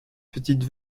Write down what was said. petite